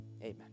amen